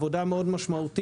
עבודה מאוד משמעותית,